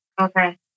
Okay